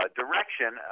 direction